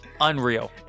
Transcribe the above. Unreal